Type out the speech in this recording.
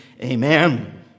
Amen